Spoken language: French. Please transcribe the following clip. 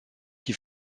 qui